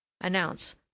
announce